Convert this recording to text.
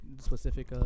specific